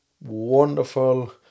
wonderful